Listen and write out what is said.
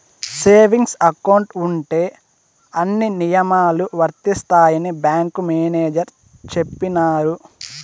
saving account ఉంటే అన్ని నియమాలు వర్తిస్తాయని బ్యాంకు మేనేజర్ చెప్పినారు